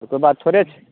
ई बात थोड़े छै